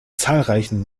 zahlreichen